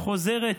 חוזרת,